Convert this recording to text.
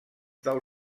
del